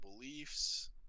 beliefs